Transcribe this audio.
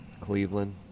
Cleveland